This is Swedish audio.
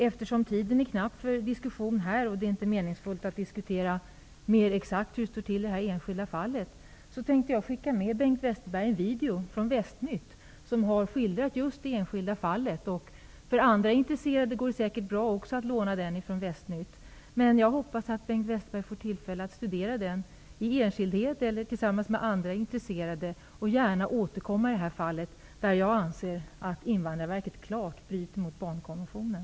Eftersom tiden är knapp för en diskussion här i kammaren, och eftersom det inte är meningsfullt att diskutera hur det exakt står till i enskilda fall, tänkte jag skicka med Bengt Westerberg en video från Västnytt, som har skildrat just detta enskilda fall. Det går säkert bra också för andra intresserade att låna den från Västnytt. Jag hoppas att Bengt Westerberg får tillfälle att studera den i enskildhet eller tillsammans med andra intresserade, och han får gärna återkomma till detta fall, där jag anser att Invandrarverkets agerande klart strider mot barnkonventionen.